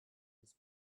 his